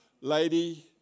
lady